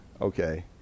Okay